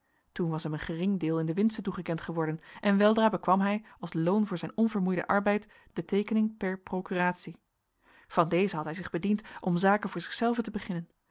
toen was hem een gering deel in de winsten toegekend geworden en weldra bekwam hij als loon voor zijn onvermoeiden arbeid de teekening per procuratie van deze had hij zich bediend om zaken voor zichzelven te beginnen